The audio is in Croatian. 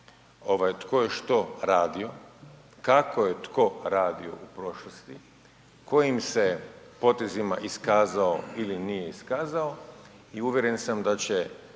tko je što radio, kako je tko radio u prošlosti, kojim se potezima iskazao ili nije iskazao i uvjeren sam da će